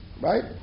Right